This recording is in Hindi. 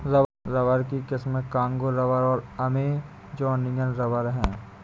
रबर की किस्में कांगो रबर और अमेजोनियन रबर हैं